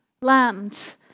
land